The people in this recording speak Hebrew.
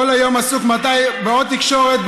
כל היום עסוק בעוד תקשורת,